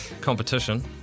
competition